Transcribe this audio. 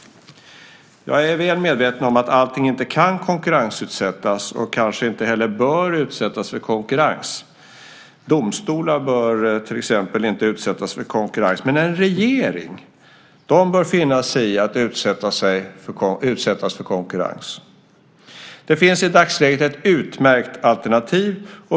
Jag är väl medveten om att allting inte kan konkurrensutsättas och kanske inte heller bör göra det. Domstolar bör till exempel inte utsättas för konkurrens. Men en regering bör finna sig i att utsättas för konkurrens. Det finns i dagsläget ett utmärkt alternativ.